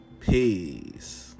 peace